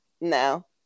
No